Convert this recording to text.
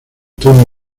tono